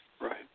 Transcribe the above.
Right